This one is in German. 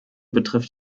betrifft